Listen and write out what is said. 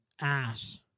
ass